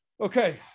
Okay